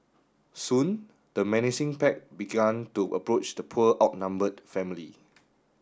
soon the menacing pack begun to approach the poor outnumbered family